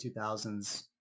2000s